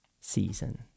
season